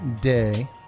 day